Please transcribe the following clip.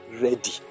ready